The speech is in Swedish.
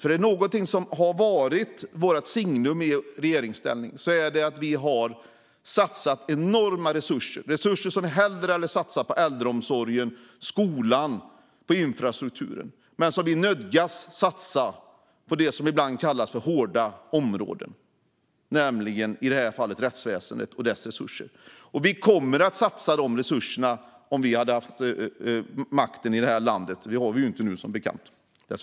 Om det är något som har varit Socialdemokraternas signum i regeringsställning är det att vi har nödgats satsa enorma resurser - som vi hellre hade satsat på äldreomsorgen, skolan och infrastrukturen - på det som ibland kallas hårda områden, i det här fallet rättsväsendet och dess resurser. Om vi hade haft makten i det här landet, vilket vi ju som bekant inte har nu, skulle vi ha satsat på det.